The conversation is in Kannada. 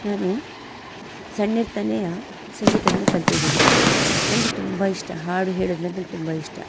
ನಾನು ಸಣ್ಣಿರ್ತನೆಯ ಸಂಗೀತವನ್ನು ಕಲ್ತೀದ್ದೀನಿ ನನಗೆ ತುಂಬ ಇಷ್ಟ ಹಾಡು ಹೇಳೋದಂದ್ರ್ ನಂಗೆ ತುಂಬ ಇಷ್ಟ